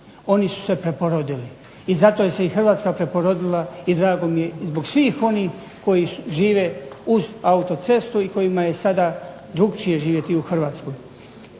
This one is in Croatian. Oni su se preporodili i zato je se i HRvatska preporodila i drago mi je zbog svih onih koji žive uz autocestu i kojima je sada drugačije živjeti u Hrvatskoj.